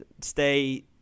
stay